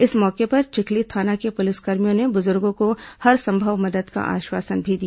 इस मौके पर चिखली थाना के पुलिसकर्मियों ने बुजुर्गों को हरसंभव मदद का आश्वासन भी दिया